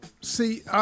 see